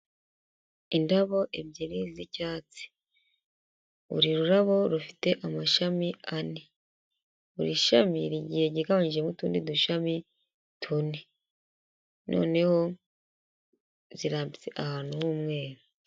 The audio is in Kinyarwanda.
Indabo ebyiri z'icyatsi. Buri rurabo rufite amashami ane. Buri shami rigiye riganyijemo utundi dushami tune. Noneho, zirambitse ahantu h'umweru.